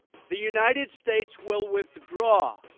the united states will withdraw